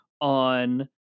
on